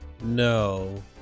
No